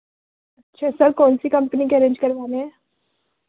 अच्छो सर कौनसी कंपनी के अरेंज करवाने हैं